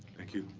thank you.